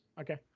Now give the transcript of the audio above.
okay